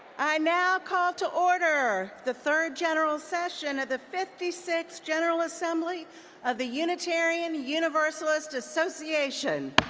i now call to order the third general session of the fifty-sixth general assembly of the unitarian universalist association.